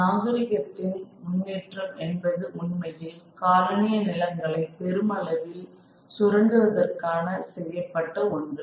நாகரிகத்தின் முன்னேற்றம் என்பது உண்மையில் காலனிய நிலங்களை பெருமளவில் சுரண்டுவதற்காக செய்யப்பட்ட ஒன்று